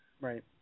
Right